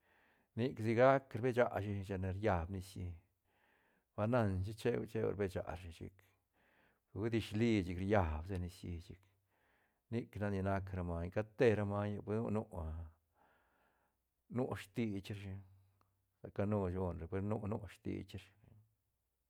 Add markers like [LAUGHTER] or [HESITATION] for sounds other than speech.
Nic sigac rbe shashi chine riab nicií ba nan shi cheu- cheu rbe sha rashi chic pe hui dishli riab sa nicií chic nic nac ni nac ra maiñ cat te ra maiñ pue nu- nu [HESITATION] nu stich rashi canu shune re nu- nu stich rashi.